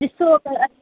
ॾिसो अगरि